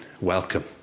Welcome